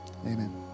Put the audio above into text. Amen